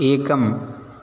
एकम्